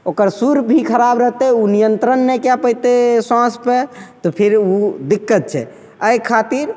ओकर सुर भी खराब रहतै ओ नियन्त्रण नहि कै पएतै साँसपर तऽ फेर ओ दिक्कत छै एहि खातिर